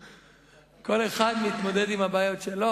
כל אחד מתמודד עם הבעיות שלו.